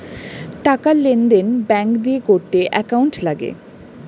টাকার লেনদেন ব্যাঙ্ক দিয়ে করতে অ্যাকাউন্ট লাগে